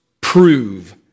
prove